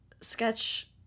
sketch